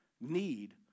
need